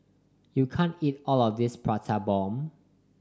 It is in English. you can't eat all of this Prata Bomb